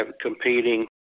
competing